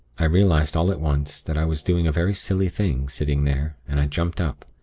i realized all at once that i was doing a very silly thing, sitting there, and i jumped up.